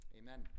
amen